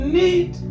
need